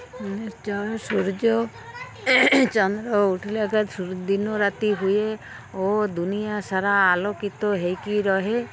ମାନେ ଜଣେ ସୂର୍ଯ୍ୟ ଚନ୍ଦ୍ର ଉଠିଲେ ଏକା ଦିନ ରାତି ହୁଏ ଓ ଦୁନିଆ ସାରା ଆଲୋକିତ ହୋଇକି ରୁହେ